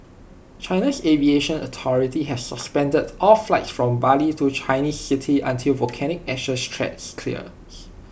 China's aviation authority has suspended all flights from Bali to Chinese cities until volcanic ash threat clears